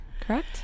correct